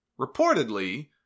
Reportedly